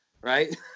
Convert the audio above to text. Right